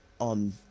on